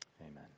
Amen